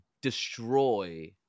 destroy